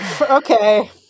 Okay